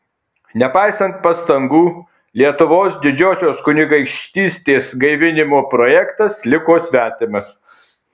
nepaisant pastangų lietuvos didžiosios kunigaikštystės gaivinimo projektas liko svetimas